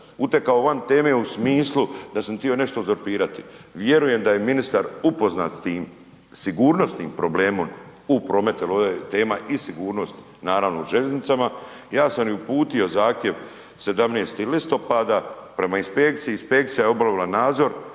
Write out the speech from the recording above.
utekao van teme u smislu da sam htio nešto uzurpirati, vjerujem da je ministar upoznat s tim sigurnosnim problemom u prometu jer ovdje je sigurnost naravno o željeznicama. Ja sam uputio zahtjev 17. listopada prema inspekciji, inspekcija je obavila nadzor